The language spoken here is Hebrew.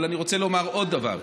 אבל אני רוצה לומר עוד דבר,